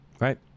Right